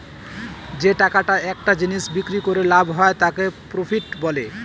যে টাকাটা একটা জিনিস বিক্রি করে লাভ হয় তাকে প্রফিট বলে